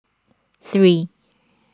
three